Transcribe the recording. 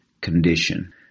condition